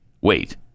wait